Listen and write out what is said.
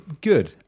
Good